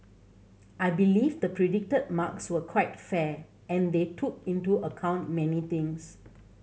I believe the predicted marks were quite fair and they took into account many things